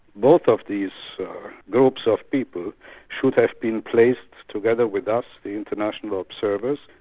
both of these groups of people should have been placed together with us, the international observers,